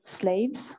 slaves